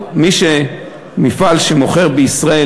מפעל שמוכר בישראל,